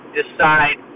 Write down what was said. decide